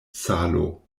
salo